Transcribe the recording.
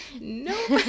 nope